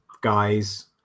guys